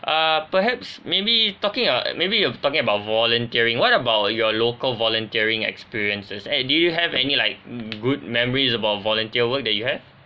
err perhaps maybe talking uh maybe you talking about volunteering what about your local volunteering experiences at do you have any like good memories about volunteer work that you have